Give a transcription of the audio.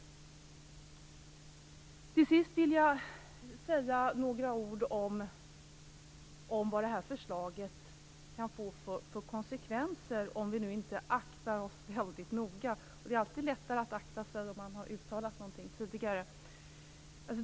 Till sist vill jag säga några ord om vilka konsekvenser det här förslaget kan få om vi inte aktar oss noga. Det är alltid lättare att akta sig om man har uttalat någonting tidigare.